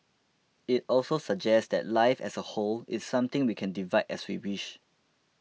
it also suggests that life as a whole is something we can divide as we wish